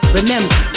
Remember